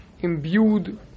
imbued